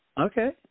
Okay